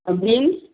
আর beans